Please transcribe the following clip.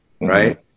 right